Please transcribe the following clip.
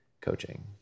Coaching